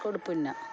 കൊടുപ്പുന്ന